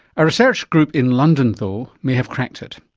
a research group in london though may have cracked it.